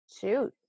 Shoot